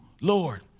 Lord